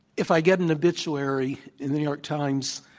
if i get an obituary in the new york times,